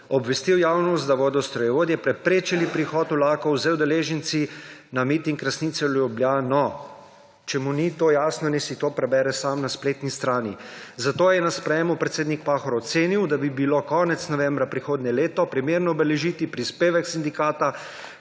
obvestil javnost, da bodo strojevodje preprečili prihod vlakov z udeleženci na miting resnice v Ljubljano – če mu ni to jasno, naj si to prebere sam na spletni strani. Zato je na sprejemu predsednik Pahor ocenil, da bi bilo konec novembra prihodnje leto primerno obeležiti prispevek sindikata